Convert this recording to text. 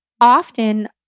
often